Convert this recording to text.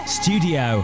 studio